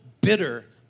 bitter